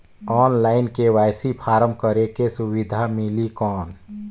Online KYC form करेके सुविधा मिली कौन?